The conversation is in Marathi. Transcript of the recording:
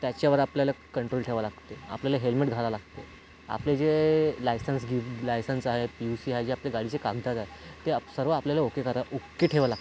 त्याच्यावर आपल्याला कंट्रोल ठेवावा लागते आपल्याला हेल्मेट घालावं लागते आपले जे लायसन्स गिव लायसन्स आहेत पी यू सी आहे जे आपल्या गाडीचे कागद आहे ते आप् सर्व आपल्याला ओके करा ओक्के ठेवाला